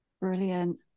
Brilliant